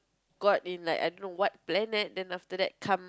go up in like I don't know what planet than after that come